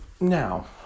Now